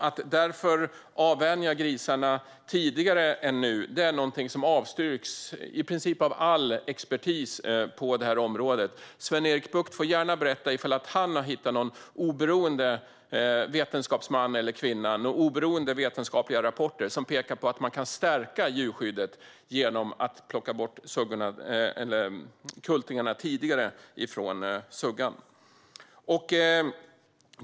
Att avvänja grisarna tidigare än nu är något som avstyrks av i princip all expertis på området. Sven-Erik Bucht får gärna berätta om han har hittat någon oberoende vetenskapsman eller vetenskapskvinna eller några oberoende vetenskapliga rapporter som pekar på att man kan stärka djurskyddet genom att plocka bort kultingarna tidigare från suggan.